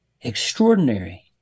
extraordinary